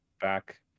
back